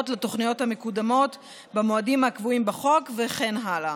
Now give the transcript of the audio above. לתוכניות המקודמות במועדים הקבועים בחוק וכן הלאה.